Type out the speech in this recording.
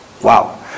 Wow